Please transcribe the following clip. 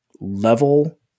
level